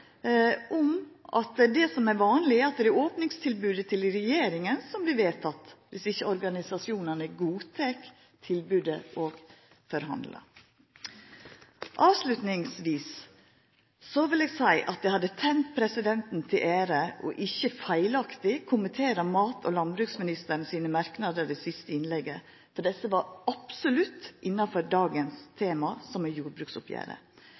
om at det som er vanleg, er at det er opningstilbodet til regjeringa som blir vedteke, om ikkje organisasjonane godtek tilbodet og forhandlar. Til slutt vil eg seia at det hadde tent presidenten til ære ikkje feilaktig å kommentera mat- og landbruksministeren sine merknader i det siste innlegget, for desse var absolutt innafor dagens tema, som er jordbruksoppgjeret.